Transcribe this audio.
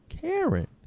Karen